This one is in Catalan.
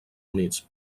units